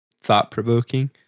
thought-provoking